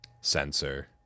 sensor